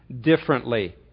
differently